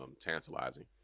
tantalizing